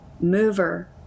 mover